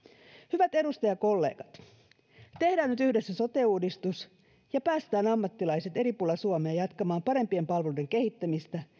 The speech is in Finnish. hyvät edustajakollegat tehdään nyt yhdessä sote uudistus päästetään ammattilaiset eri puolilla suomea jatkamaan parempien palveluiden kehittämistä